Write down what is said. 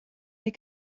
wir